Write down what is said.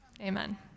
amen